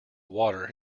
water